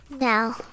no